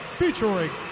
featuring